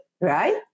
Right